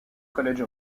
college